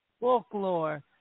folklore